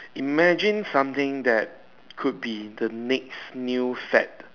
imagine something that could be the mix new sad